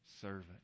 servant